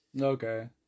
Okay